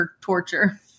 torture